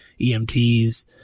EMTs